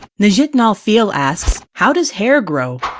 njihtgnalfeel asks, how does hair grow,